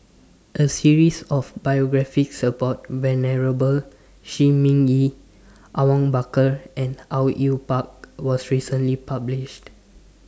A series of biographies about Venerable Shi Ming Yi Awang Bakar and Au Yue Pak was recently published